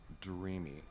dreamy